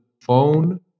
phone